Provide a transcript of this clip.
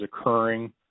occurring